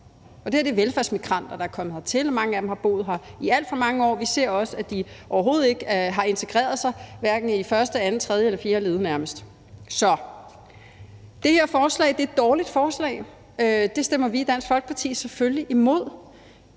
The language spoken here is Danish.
Og det her er velfærdsmigranter, der er kommet hertil, og mange af dem har boet her i alt for mange år. Vi ser også, at de overhovedet ikke har integreret sig, hverken i første, anden, tredje eller fjerde led, nærmest. Så det her forslag er et dårligt forslag. Det stemmer vi i Dansk Folkeparti selvfølgelig imod.